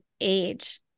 age